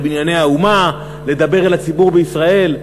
ל"בנייני האומה" לדבר אל הציבור בישראל.